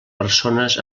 persones